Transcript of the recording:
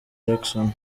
jackson